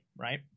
right